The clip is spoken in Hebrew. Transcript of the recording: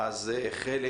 חלק